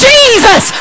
Jesus